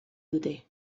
dute